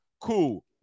Cool